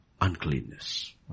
uncleanness